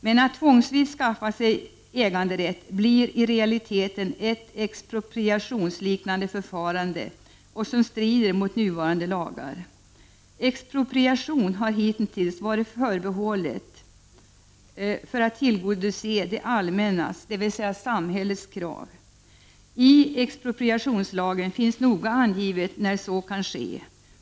Men att tvångsvis skaffa sig äganderätt blir i realiteten ett expropriationsliknande förfarande som strider mot nuvarande lagar. Expropriation har hitintills varit förbehållen för att tillgodose det allmännas — dvs. samhällets — krav. I expropriationslagen finns det noga angivet när så kan ske.